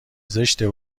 زشته